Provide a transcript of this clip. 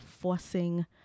forcing